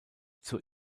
zur